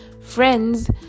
friends